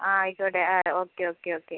ആ ആയിക്കോട്ടെ okay okay okay